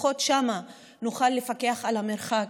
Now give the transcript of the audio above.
לפחות שם נוכל לפקח על המרחק,